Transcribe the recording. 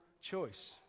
choice